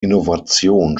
innovation